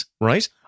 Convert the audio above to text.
right